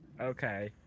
Okay